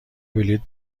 بلیط